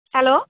hello